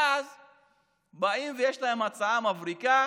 ואז באים, ויש להם הצעה מבריקה